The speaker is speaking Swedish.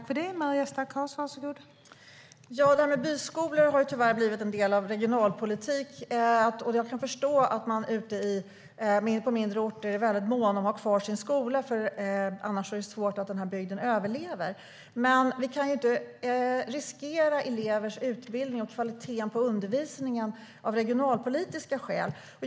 Fru talman! Byskolor har tyvärr blivit regionalpolitik. Jag kan förstå att man på mindre orter är mån om att ha kvar sin skola, för annars får bygden svårt att överleva. Men vi kan inte riskera elevers utbildning och kvaliteten på undervisningen av regionalpolitiska skäl.